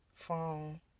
phone